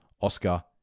Oscar